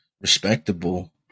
respectable